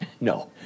No